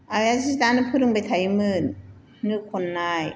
आइआ जि दानो फोरोंबाय थायोमोन नो खननाय